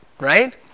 right